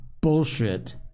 bullshit